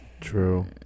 True